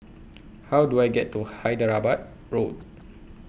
How Do I get to Hyderabad Road